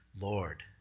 Lord